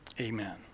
Amen